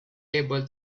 able